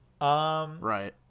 right